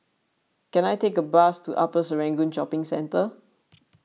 can I take a bus to Upper Serangoon Shopping Centre